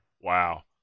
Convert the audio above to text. wow